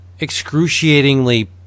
excruciatingly